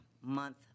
month